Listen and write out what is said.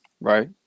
Right